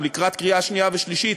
הוא לקראת קריאה שנייה ושלישית,